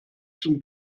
zum